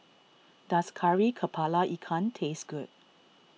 does Kari Kepala Ikan taste good